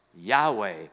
Yahweh